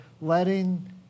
letting